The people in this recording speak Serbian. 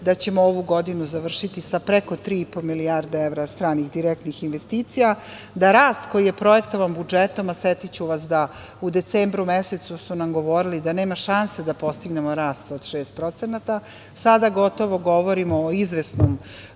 da ćemo ovu godinu završiti sa preko 3,5 milijardi evra stranih direktnih investicija, da rast koji je projektovan budžetom, a podsetiću vas da su nam u decembru mesecu govorili da nema šanse da postignemo rast od 6% sada gotovo govorimo o izvesnoj